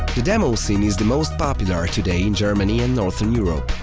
the demoscene is the most popular today in germany and northern europe.